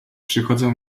przychodzą